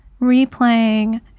replaying